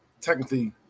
technically